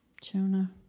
Jonah